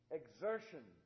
exertion